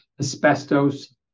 asbestos